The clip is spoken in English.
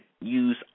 use